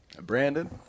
Brandon